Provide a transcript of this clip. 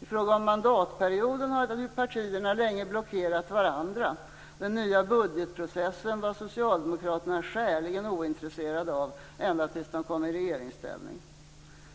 I fråga om mandatperioden hade partierna länge blockerat varandra. Den nya budgetprocessen var Socialdemokraterna skäligen ointresserade av ända tills de kom i regeringsställning.